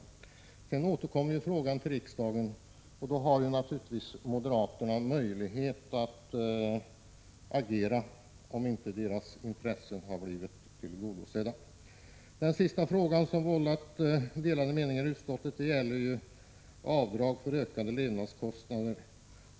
Därefter återkommer frågan till riksdagen, och då har moderaterna möjlighet att agera om inte deras intressen har blivit tillgodosedda. Den sista fråga som har orsakat delade meningar i utskottet gäller avdrag för ökade levnadskostnader.